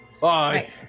Bye